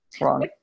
wrong